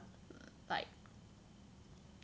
like